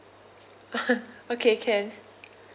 okay can